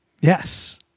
yes